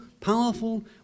powerful